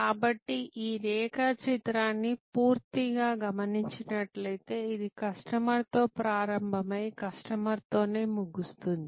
కాబట్టి ఈ రేఖాచిత్రాన్ని పూర్తగా గమనించినట్లైతే ఇది కస్టమర్తో ప్రారంభమై కస్టమర్తోనే ముగుస్తుంది